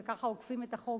וככה עוקפים את החוק,